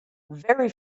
very